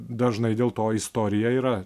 dažnai dėl to istorija yra